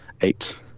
Eight